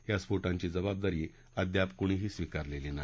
या स्फोठोवी जबाबदारी अद्याप कोणीही स्वीकारलेली नाही